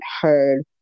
heard